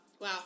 wow